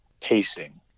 pacing